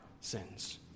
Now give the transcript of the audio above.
sins